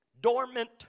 dormant